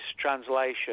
translation